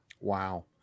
Wow